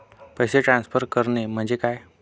पैसे ट्रान्सफर करणे म्हणजे काय?